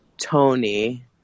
Tony